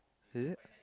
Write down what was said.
is it